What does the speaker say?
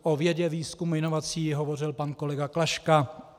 O vědě, výzkumu a inovacích hovořil pan kolega Klaška.